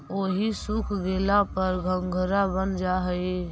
ओहि सूख गेला पर घंघरा बन जा हई